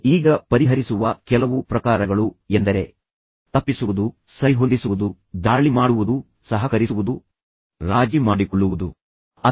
ಈಗ ಪರಿಹರಿಸುವ ಕೆಲವು ಪ್ರಕಾರಗಳು ಎಂದರೆ ತಪ್ಪಿಸುವುದು ಸರಿಹೊಂದಿಸುವುದು ದಾಳಿ ಮಾಡುವುದು ಸಹಕರಿಸುವುದು ಸ್ಪರ್ಧಿಸುವುದು ಮತ್ತು ನಂತರ ರಾಜಿ ಮಾಡಿಕೊಳ್ಳುವುದು ಮುಂತಾದ ತ್ವರಿತ ಚರ್ಚೆಯನ್ನು ಮಾಡೋದಾಗಿದೆ